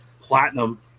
Platinum